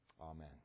Amen